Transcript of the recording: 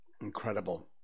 Incredible